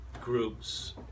groups